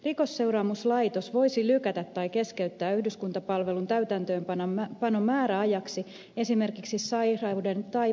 rikosseuraamuslaitos voisi lykätä tai keskeyttää yhdyskuntapalvelun täytäntöönpanon määräajaksi esimerkiksi sairauden tai päihdekuntoutuksen takia